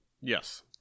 Yes